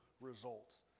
results